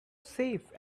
safe